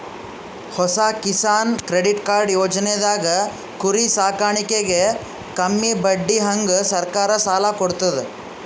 ಹೊಸ Kisan credit card ಯೋಜನೆದಾಗ್ ಕುರಿ ಸಾಕಾಣಿಕೆಗ್ ಕಮ್ಮಿ ಬಡ್ಡಿಹಂಗ್ ಸರ್ಕಾರ್ ಸಾಲ ಕೊಡ್ತದ್